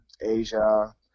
Asia